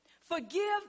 forgive